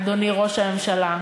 אדוני ראש הממשלה,